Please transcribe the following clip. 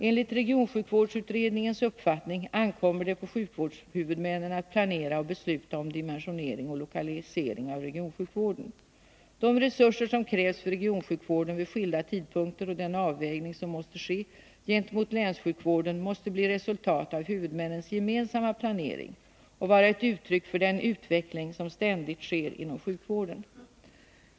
Enligt regionsjukvårdsutredningens uppfattning ankommer det på sjukvårdshuvudmännen att planera och besluta om dimensionering och lokalisering av regionsjukvården. De resurser som krävs för regionsjukvården vid skilda tidpunkter och den avvägning som måste ske gentemot länssjukvården måste bli resultatet av huvudmännens gemensamma planering och vara ett uttryck för den utveckling som ständigt sker inom sjukvården.